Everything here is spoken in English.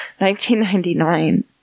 1999